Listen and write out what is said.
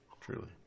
Truly